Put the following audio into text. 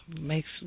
Makes